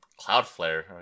Cloudflare